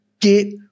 get